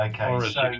Okay